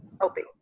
helping